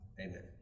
Amen